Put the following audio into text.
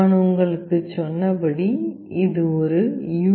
நான் உங்களுக்குச் சொன்னபடி இது யூ